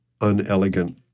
unelegant